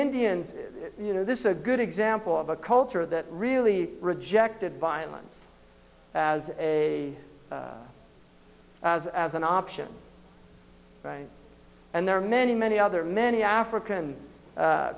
indians you know this is a good example of a culture that really rejected violence as a as an option and there are many many other many african